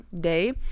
day